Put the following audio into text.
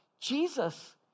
Jesus